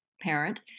parent